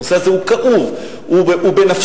הנושא הוא כאוב, הוא בנפשנו.